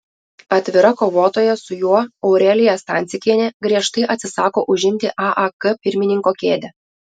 atvira kovotoja su juo aurelija stancikienė griežtai atsisako užimti aak pirmininko kėdę